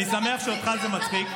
אני שמח שאותך זה מצחיק.